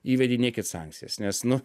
įvedinėkit sankcijas nes nu